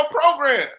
program